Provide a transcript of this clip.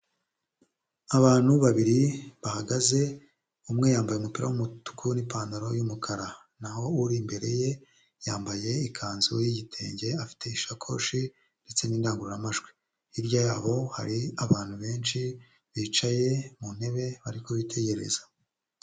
Abantu babiri bahagaze umwe yambaye umupira w'umutuku n'ipantaro y'umukara, naho uri imbere ye yambaye ikanzu y'igitenge, afite isakoshi ndetse n'indangururamajwi. Hirya yaho hari abantu benshi bicaye mu ntebe bari kubitegereza.